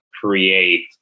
create